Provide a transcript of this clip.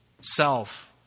Self